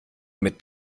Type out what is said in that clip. mit